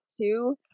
two